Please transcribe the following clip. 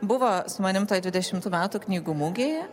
buvo su manim toj dvidešimtų metų knygų mugėje